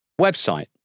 website